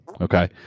Okay